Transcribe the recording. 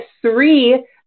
three